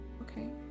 okay